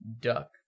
duck